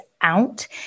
out